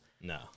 No